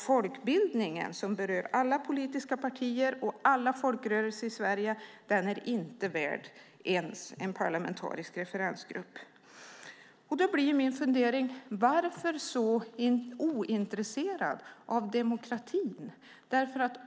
Folkbildningen, som berör alla politiska partier och alla folkrörelser i Sverige, är inte värd ens en parlamentarisk referensgrupp. Varför så ointresserad av demokratin?